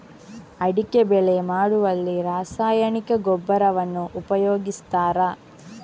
ಅಡಿಕೆ ಬೆಳೆ ಮಾಡುವಲ್ಲಿ ರಾಸಾಯನಿಕ ಗೊಬ್ಬರವನ್ನು ಉಪಯೋಗಿಸ್ತಾರ?